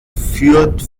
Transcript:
führt